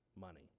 money